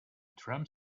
drum